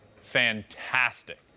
fantastic